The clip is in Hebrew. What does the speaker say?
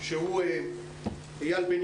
אייל בן